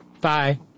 Bye